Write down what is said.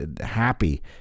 happy